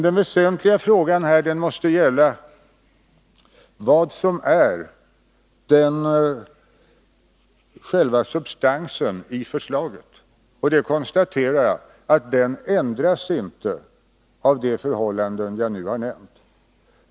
Den väsentliga frågan här måste gälla vad som är själva substansen i förslaget, och jag konstaterar att substansen inte ändras av de förhållanden jag nu har nämnt.